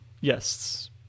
Yes